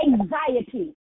Anxiety